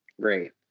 Great